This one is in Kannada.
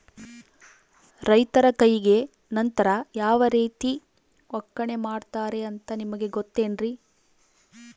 ರೈತರ ಕೈಗೆ ನಂತರ ಯಾವ ರೇತಿ ಒಕ್ಕಣೆ ಮಾಡ್ತಾರೆ ಅಂತ ನಿಮಗೆ ಗೊತ್ತೇನ್ರಿ?